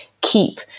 keep